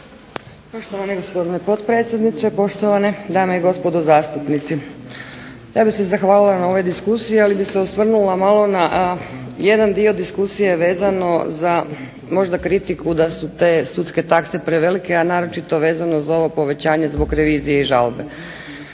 Poštovani gospodine potpredsjedniče, poštovane dame i gospodo zastupnici. Ja bih se zahvalila na ovoj diskusiji, ali bih se osvrnula malo na jedan dio diskusije vezano za možda kritiku da su te sudske takse prevelike, a naročito vezano uz ovo povećanje zbog revizije i žalbe.